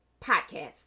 podcast